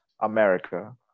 America